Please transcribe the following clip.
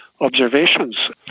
observations